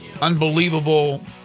unbelievable